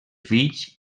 fills